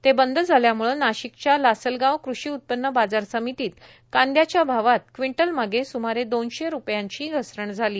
ते बंद झाल्यामुळं नाशिकच्या लासलगाव कृषी उत्पन्न बाजार समितीत कांद्याच्या भावात क्विंटलमागे सुमारे दोनशे रूपयांची घसरण झाली